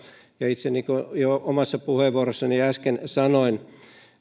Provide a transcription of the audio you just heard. ja itse niin kuin jo omassa puheenvuorossani äsken sanoin